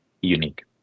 unique